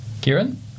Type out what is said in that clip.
Kieran